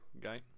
guy